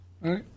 Right